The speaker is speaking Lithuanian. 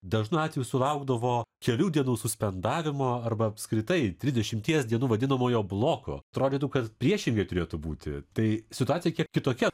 dažnu atveju sulaukdavo kelių dienų suspendavimo arba apskritai trisdešimties dienų vadinamojo bloko atrodytų kad priešingai turėtų būti tai situacija kiek kitokia